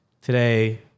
Today